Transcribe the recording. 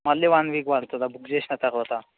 మళ్ళీ one week పడుతుందా book చేసిన తర్వాత